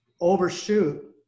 overshoot